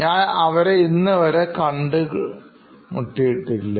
ഞാൻ അവരെ ഇന്നേവരെ കണ്ടുകിട്ടിയിട്ടില്ല